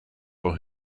for